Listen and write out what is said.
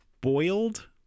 boiled